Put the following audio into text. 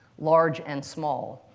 large and small,